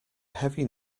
heavy